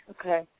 Okay